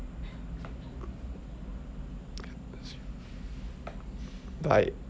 bye